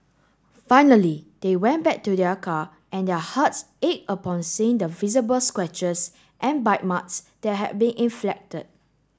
finally they went back to their car and their hearts ached upon seeing the visible scratches and bite marks that had been inflected